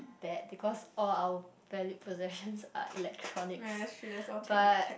bad because all our valued possessions are electronics but